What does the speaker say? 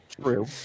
true